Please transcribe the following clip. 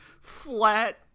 flat